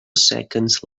seconds